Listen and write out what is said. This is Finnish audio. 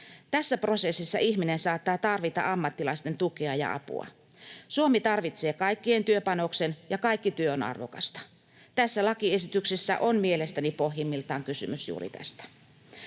Tässä prosessissa ihminen saattaa tarvita ammattilaisten tukea ja apua. Suomi tarvitsee kaikkien työpanoksen, ja kaikki työ on arvokasta. Tässä lakiesityksessä on mielestäni pohjimmiltaan kysymys juuri tästä.